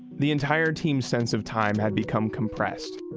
the entire team's sense of time had become compressed.